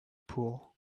pool